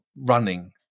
running